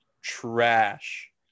trash